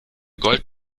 gold